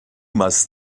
must